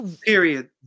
period